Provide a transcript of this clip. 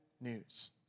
news